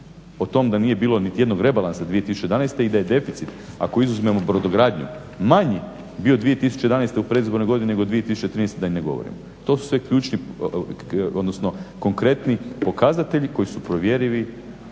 O tome da nije bilo niti jednog rebalansa 2011. i da je deficit ako izuzmemo brodogradnju manji bio 2011. u predizbornoj godini nego 2013. da i ne govorim. To su sve ključni, odnosno konkretni pokazatelji koji su provjerivi